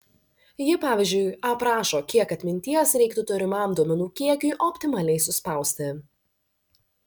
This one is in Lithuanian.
ji pavyzdžiui aprašo kiek atminties reiktų turimam duomenų kiekiui optimaliai suspausti